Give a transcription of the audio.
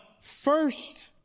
first